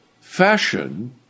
fashion